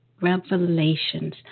Revelations